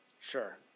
Sure